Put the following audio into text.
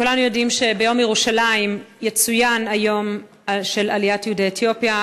כולנו יודעים שביום ירושלים יצוין היום של עליית יהודי אתיופיה,